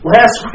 Last